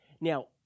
Now